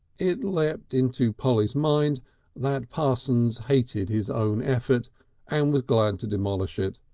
it leapt into polly's mind that parsons hated his own effort and was glad to demolish it.